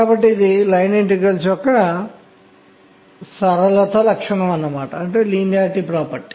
కాబట్టి వాయువుపై కాంతిని ప్రకాశింపజేయడం మరియు విభిన్న తరంగదైర్ఘ్యాలను చూడడం